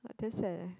but that's sad leh